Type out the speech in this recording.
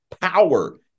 power